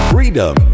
Freedom